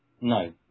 No